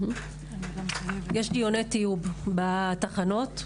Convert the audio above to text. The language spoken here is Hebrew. דיוני טיוב בתחנות,